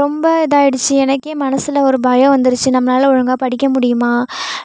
ரொம்ப இதாகிடுச்சி எனக்கே மனசில் ஒரு பயம் வந்துடுச்சி நம்மளால் ஒழுங்காக படிக்க முடியுமா